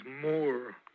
more